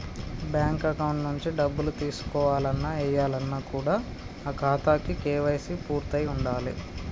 bank account నుంచి డబ్బులు తీసుకోవాలన్న, ఏయాలన్న కూడా ఆ ఖాతాకి కేవైసీ పూర్తయ్యి ఉండాలే